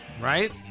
Right